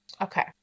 Okay